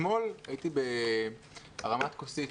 אתמול הייתי בהרמת כוסית